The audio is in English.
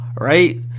right